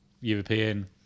European